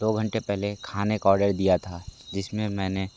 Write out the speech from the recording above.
दो घंटे पहले खाने का आर्डर दिया था जिस में मैंने